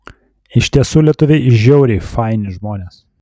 iš tiesų lietuviai žiauriai faini žmonės